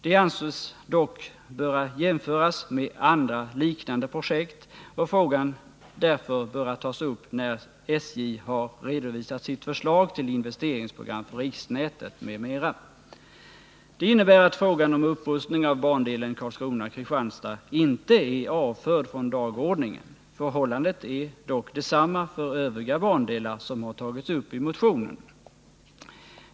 Det anses dock böra jämföras med andra liknande projekt och frågan därför böra tas upp när SJ har redovisat sitt förslag till investeringsprogram för riksnätet m.m.” Det innebär att frågan om upprustning av bandelen Karlskrona-Kristianstad inte är avförd från dagordningen. Förhållandet är dock detsamma för övriga bandelar som tagits upp i motionen.